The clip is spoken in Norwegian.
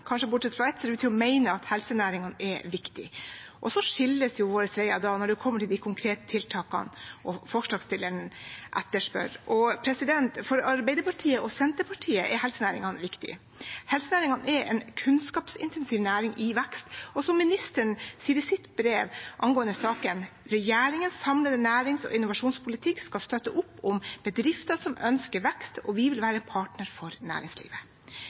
kanskje bortsett fra ett – ser ut til å mene at helsenæringen er viktig. Så skilles våre veier når vi kommer til de konkrete tiltakene som forslagsstillerne etterspør. For Arbeiderpartiet og Senterpartiet er helsenæringen viktig. Helsenæringen er en kunnskapsintensiv næring i vekst, og som ministeren sier i sitt brev angående saken: «Regjeringens samlede nærings- og innovasjonspolitikk skal støtte opp om bedrifter som ønsker vekst og vi vil være en aktiv partner for næringslivet.»